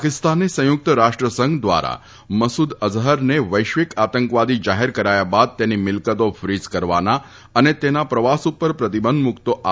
પાકિસ્તાને સંયુક્ત રાષ્ટ્રસંઘ દ્વારા મસૂદ અઝફરને વૈશ્વિક આતંકવાદી જાહેર કરાયા બાદ તેની મીલકતો ફીઝ કરવાના અને તેના પ્રવાસ ઉપર પ્રતિબંધ મૂકતો આદેશ જારી કર્યો છે